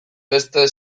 beste